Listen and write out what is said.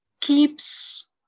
keeps